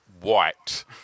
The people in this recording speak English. white